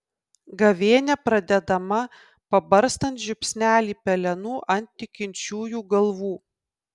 gavėnia pradedama pabarstant žiupsnelį pelenų ant tikinčiųjų galvų